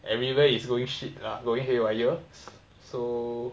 everywhere is going shit ah going haywire so